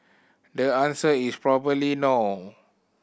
the answer is probably no